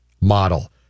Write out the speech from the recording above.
model